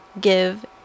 give